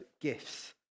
gifts